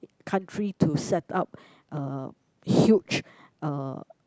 country to setup uh huge uh